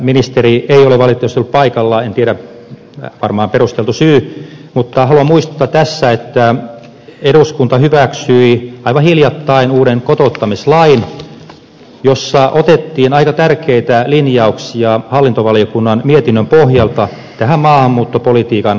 ministeri ei ole valitettavasti ollut paikalla en tiedä varmaan hänellä on perusteltu syy mutta haluan muistuttaa tässä että eduskunta hyväksyi aivan hiljattain uuden kotouttamislain jossa otettiin aika tärkeitä linjauksia hallintovaliokunnan mietinnön pohjalta maahanmuuttopolitiikan kokonaisuuteen